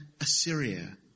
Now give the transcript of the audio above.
Assyria